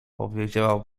powiedziała